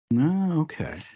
Okay